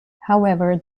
however